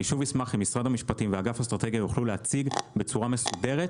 אני שוב אשמח עם משרד המשפטים ואגף אסטרטגיה יוכלו להציג בצורה מסודרת